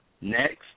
next